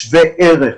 שווה ערך.